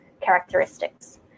characteristics